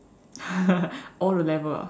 all the level ah